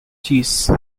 cheese